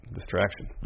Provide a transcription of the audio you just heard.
distraction